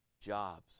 jobs